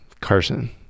Carson